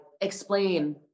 explain